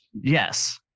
yes